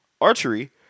archery